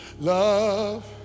Love